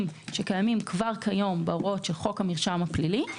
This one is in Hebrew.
שקיימים כבר היום בהוראות חוק המרשם הפלילי,